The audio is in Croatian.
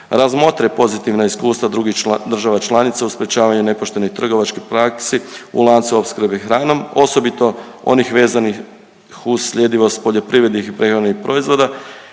razmotre pozitivna iskustva drugih država članica u sprečavanju nepoštenih trgovačkih praksi u lancu opskrbi hranom osobito onih vezanih uz sljedivost poljoprivrednih i prehrambenih proizvoda